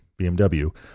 BMW